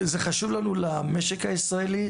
זה חשוב לנו למשק הישראלי,